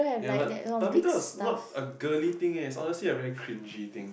ya but badminton is not a girly thing eh it's honestly a very cringey thing